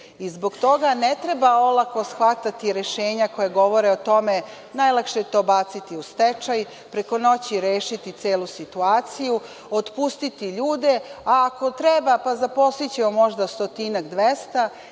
Zbog toga ne treba olako shvatati rešenja koja govore o tome, najlakše je to baciti u stečaj, preko noći rešiti celu situaciju, otpustiti ljude, a ako treba zaposlićemo možda stotinak, dvesta,